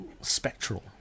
spectral